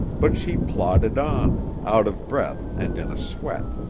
but she plodded on, out of breath and in a sweat.